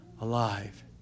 alive